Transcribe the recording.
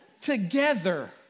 Together